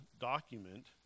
document